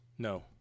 No